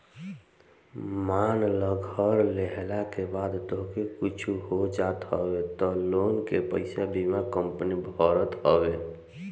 मान लअ घर लेहला के बाद तोहके कुछु हो जात हवे तअ लोन के पईसा बीमा कंपनी भरत हवे